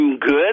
good